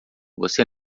você